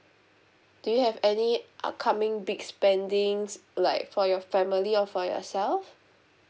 do you have any upcoming big spending like for your family or for yourself